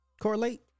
Correlate